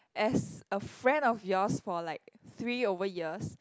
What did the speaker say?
as a friend of yours for like three over years